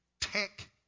tech